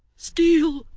steel,